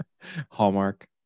Hallmark